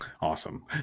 awesome